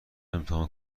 امتحان